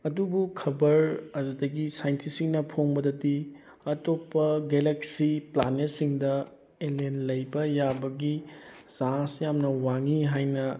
ꯑꯗꯨꯕꯨ ꯈꯕꯔ ꯑꯗꯨꯗꯒꯤ ꯁꯥꯏꯟꯇꯤꯁꯁꯤꯡꯅ ꯐꯣꯡꯕꯗꯗꯤ ꯑꯇꯣꯞꯄ ꯒꯦꯂꯦꯛꯁꯤ ꯄ꯭ꯂꯥꯅꯦꯠꯁꯤꯡꯗ ꯑꯦꯂꯦꯟ ꯂꯩꯕ ꯌꯥꯕꯒꯤ ꯆꯥꯟꯁ ꯌꯥꯝꯅ ꯋꯥꯡꯏ ꯍꯥꯏꯅ